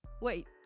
Wait